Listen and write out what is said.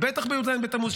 בטח בי"ז בתמוז,